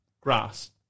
Grass